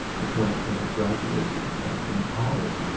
when when i graduated from college.